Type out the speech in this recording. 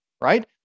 right